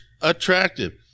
attractive